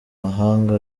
mahanga